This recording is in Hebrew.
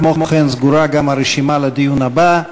כמו כן סגורה גם הרשימה לדיון הבא.